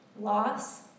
loss